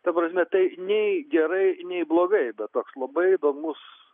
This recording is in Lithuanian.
ta prasme tai nei gerai nei blogai bet toks labai įdomus